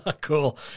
Cool